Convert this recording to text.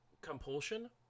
compulsion